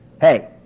Hey